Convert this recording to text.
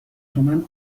تومن